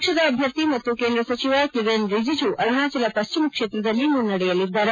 ಪಕ್ಷದ ಅಭ್ಯರ್ಥಿ ಮತ್ತು ಕೇಂದ್ರ ಸಚಿವ ಕಿರೆನ್ ರಿಜಿಜೂ ಅರುಣಾಚಲ ಪಶ್ಚಿಮ ಕ್ಷೇತ್ರದಲ್ಲಿ ಮುನ್ನಡೆಯಲ್ಲಿದ್ದಾರೆ